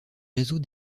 réseaux